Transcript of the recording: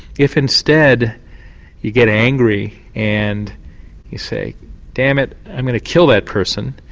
if instead you get angry and you say damn it, i'm going to kill that person,